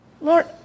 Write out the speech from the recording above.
Lord